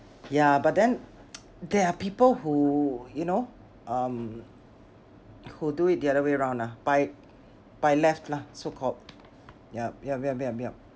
ya but then there are people who you know um who do it the other way round lah by by left lah so called yup yup yup yup yup